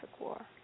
War